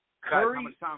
Curry